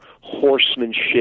horsemanship